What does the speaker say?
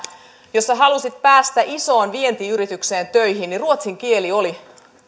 sinä halusit päästä isoon vientiyritykseen töihin niin ruotsin kieli oli